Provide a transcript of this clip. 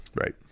Right